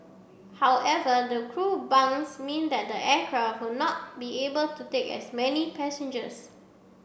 however the crew bunks mean that the aircraft will not be able to take as many passengers